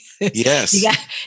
Yes